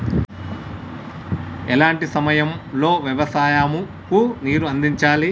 ఎలాంటి సమయం లో వ్యవసాయము కు నీరు అందించాలి?